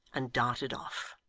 and darted off.